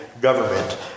government